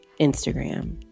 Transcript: Instagram